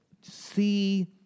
see